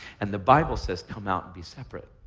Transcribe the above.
and the bible says come out and be separate.